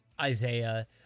Isaiah